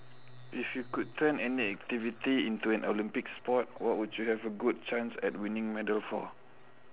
if you could turn any activity into a olympic sport what would you think you would have a good chance at winning a medal for